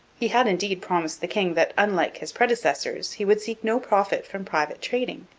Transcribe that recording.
he had indeed promised the king that, unlike his predecessors, he would seek no profit from private trading,